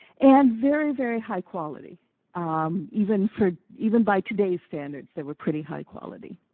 and very, very high quality um even for, even by today's standards they were pretty high quality.